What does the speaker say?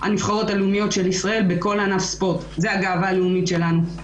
הנבחרות הלאומיות של ישראל בכל ענף ספורט זו הגאווה הלאומית שלנו.